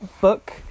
book